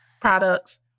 products